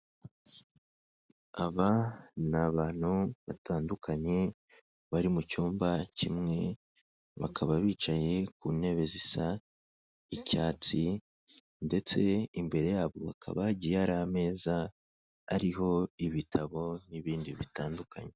Aba ni abantu batandukanye bari mu cyumba kimwe, bakaba bicaye ku ntebe zisa icyatsi ndetse imbere yabo hakaba hagiye hari ameza, ariho ibitabo n'ibindi bitandukanye.